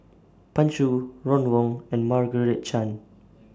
Pan Shou Ron Wong and Margaret Chan